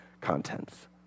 contents